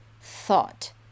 thought